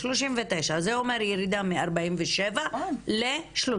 39. זה אומר ירידה מ-47 ל-31.